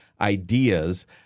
ideas